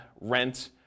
rent